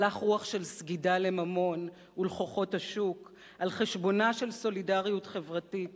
הלך רוח של סגידה לממון ולכוחות השוק על חשבונה של סולידריות חברתית